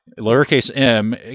lowercase-m